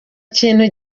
kintu